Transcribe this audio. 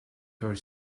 her